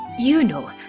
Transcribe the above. you know,